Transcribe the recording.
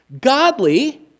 godly